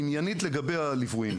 עניינית לגבי הליווי.